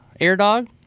AirDog